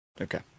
Okay